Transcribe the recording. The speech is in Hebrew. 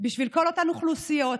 בשביל כל אותן אוכלוסיות,